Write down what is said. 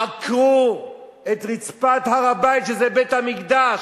עקרו את רצפת הר-הבית, שזה בית-המקדש,